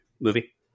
movie